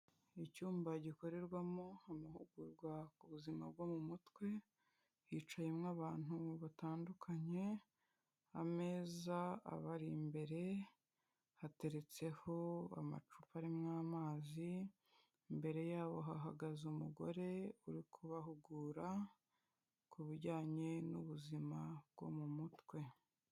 Icyumba gikorerwamo amahugurwa ku buzima bwo mu mutwe, hicayemo abantu batandukanye. Ameza abari imbere, hateretseho amacupa arimo amazi. Imbere yabo hahagaze umugore uri kubahugura, ku bijyanye n'ubuzima bwo mu mutwe.